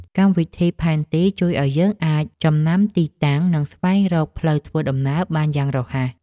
កម្មវិធីផែនទី ជួយឱ្យយើងអាចចំណាំទីតាំង និងស្វែងរកផ្លូវធ្វើដំណើរបានយ៉ាងរហ័ស។